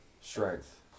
Strength